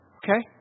okay